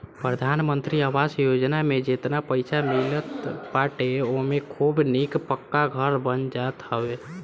प्रधानमंत्री आवास योजना में जेतना पईसा मिलत बाटे ओमे खूब निक पक्का घर बन जात बाटे